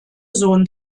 sohn